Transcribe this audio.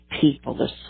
people